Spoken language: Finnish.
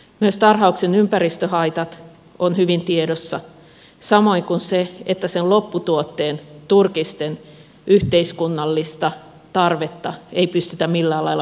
myös tarhauksen ympäristöhaitat ovat hyvin tiedossa samoin kuin se että sen lopputuotteen turkisten yhteiskunnallista tarvetta ei pystytä millään lailla perustelemaan